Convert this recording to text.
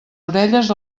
orelles